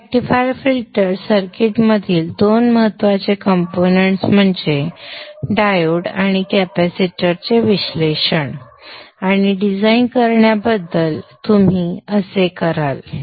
तर rectifier filter सर्किटमधील दोन महत्त्वाचे कंपोनेंट्स म्हणजे डायोड आणि कॅपेसिटरचे विश्लेषण आणि डिझाइन करण्याबद्दल तुम्ही असे कराल